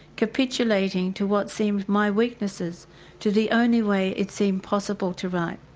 capitulating to what seemed my weaknesses to the only way it seemed possible to write.